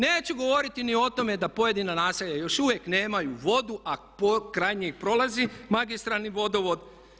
Neću govoriti ni o tome da pojedina naselja još uvijek nemaju vodu, a kraj njih prolazi magistralni vodovod.